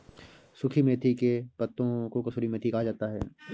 सुखी मेथी के पत्तों को कसूरी मेथी कहा जाता है